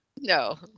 No